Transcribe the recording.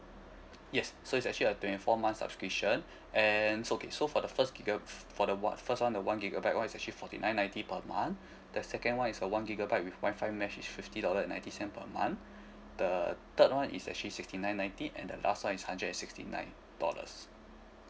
yes so it's actually a twenty four months subscription and it's okay so for the first giga for the what first one the one gigabyte one is actually forty nine ninety per month the second one is a one gigabyte with Wi-Fi mesh is fifty dollar and ninety cent per month the third one is actually sixty nine ninety and the last is hundred and sixty nine dollars